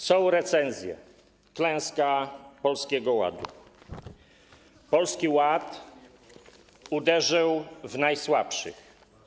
Są recenzje: klęska Polskiego Ładu, Polski Ład uderzył w najsłabszych.